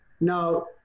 now